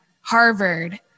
Harvard